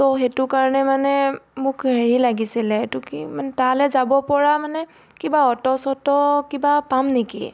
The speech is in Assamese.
ত' সেইটো কাৰণে মানে মোক হেৰি লাগিছিলে এইটো কি মানে তালৈ যাব পৰা মানে কিবা অ'টো' চট' কিবা পাম নেকি